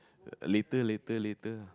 later later later ah